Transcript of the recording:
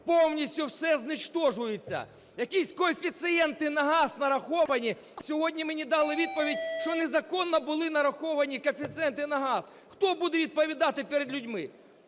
Повністю все знищується, якісь коефіцієнти на газ нараховані. Сьогодні мені дали відповідь, що незаконно були нараховані коефіцієнти на газ. Хто буде відповідати перед людьми?